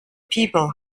people